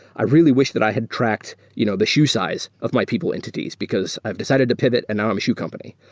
i really wish that i had tracked you know the shoe size of my people entities, because i've decided to pivot and now i'm a shoe company.